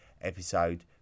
episode